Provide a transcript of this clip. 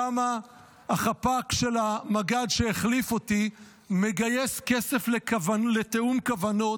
למה החפ"ק של המג"ד שהחליף אותי מגייס כסף לתיאום כוונות,